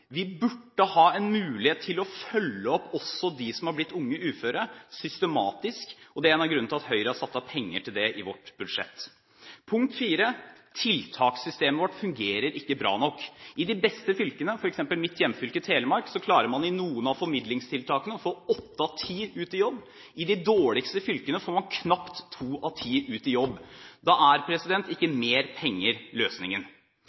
Vi burde ha en mulighet til systematisk å følge opp også de som er blitt unge uføre. Det er en av grunnene til at Høyre har satt av penger til det i sitt budsjett. Punkt 4: Tiltakssystemet vårt fungerer ikke bra nok. I de beste fylkene, f.eks. i mitt hjemfylke Telemark, klarer man i noen av formidlingstiltakene å få åtte av ti ut i jobb. I de dårligste fylkene får man knapt to av ti ut i jobb. Da er ikke mer penger løsningen.